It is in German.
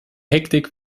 hektik